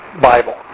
Bible